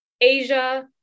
Asia